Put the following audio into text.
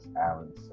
Alan